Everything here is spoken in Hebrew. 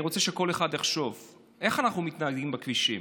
אני רוצה שכל אחד יחשוב איך אנחנו מתנהגים בכבישים.